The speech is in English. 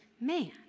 man